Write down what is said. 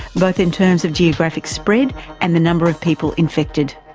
both in terms of geographic spread and the number of people infected.